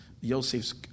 Yosef's